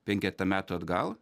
penketa metų atgal